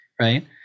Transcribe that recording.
right